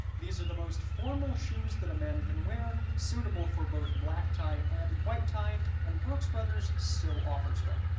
these are the most formal shoes that a man can wear, suitable for both black tie and white tie and brooks brothers still offers them.